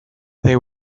they